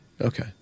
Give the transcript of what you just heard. Okay